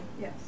Yes